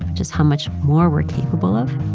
just how much more we're capable of